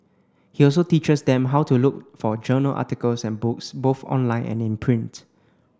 he also teaches them how to look for journal articles and books both online and in print